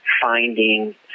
finding